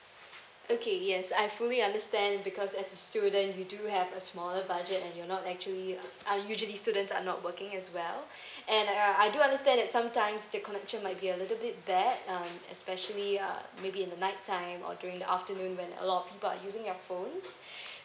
okay yes I fully understand because as a student you do have a smaller budget and you're not actually ah usually students are not working as well and uh I do understand that sometimes the connection might be a little bit bad um especially uh maybe in the nighttime or during the afternoon when a lot of people are using your phone